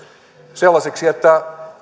sellaisiksi että